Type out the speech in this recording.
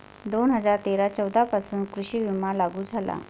दोन हजार तेरा चौदा पासून कृषी विमा लागू झाला